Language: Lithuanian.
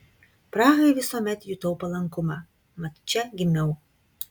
prahai visuomet jutau palankumą mat čia gimiau